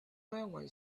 railway